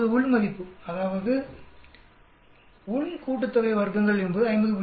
இப்போது உள் மதிப்பு அதாவது வர்க்கங்களின் உள் கூட்டுத்தொகை என்பது 50